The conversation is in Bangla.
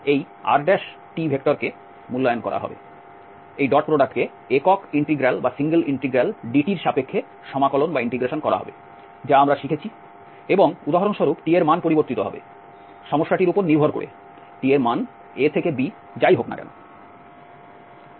এবং এই rকে মূল্যায়ন করা হবে ডট প্রোডাক্টকে একক ইন্টিগ্রাল dt এর সাপেক্ষে সমাকলন করা হবে যা আমরা শিখেছি এবং উদাহরণস্বরূপ t এর মান পরিবর্তিত হবে সমস্যাটির উপর নির্ভর করে t এর মান A থেকে B যাই হোক না কেন